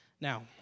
Now